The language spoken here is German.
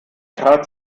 trat